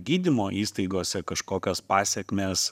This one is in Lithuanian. gydymo įstaigose kažkokios pasekmės